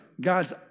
God's